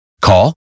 Call